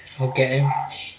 okay